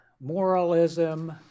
moralism